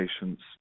patients